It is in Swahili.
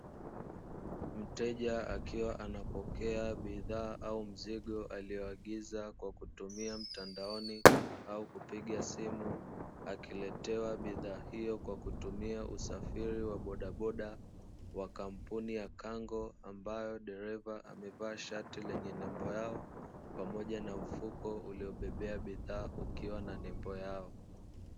Mteja akiwa anapokea bidhaa au mzigo aliyoagiza kwa kutumia mtandaoni au kupiga simu akiletewa bidhaa hiyo kwa kutumia usafiri wa bodaboda wa kampuni ya "Kango" ambayo dereva amevaa shati lenye nemba yao pamoja na mfuko uliobobea bidhaa ukiwa na nembo yao.